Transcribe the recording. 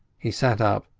he sat up,